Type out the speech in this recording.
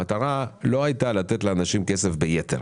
המטרה לא הייתה לתת לאנשים כסף ביתר.